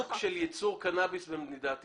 עיסוק של ייצור קנאביס במדינת ישראל.